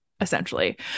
essentially